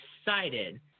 excited